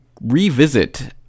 revisit